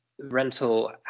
rental